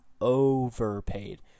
overpaid